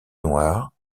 noir